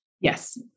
Yes